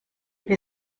wir